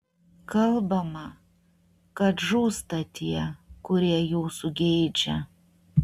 kalbama kad žūsta tie kurie jūsų geidžia